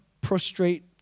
prostrate